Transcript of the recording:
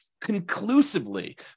conclusively